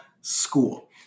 school